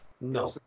No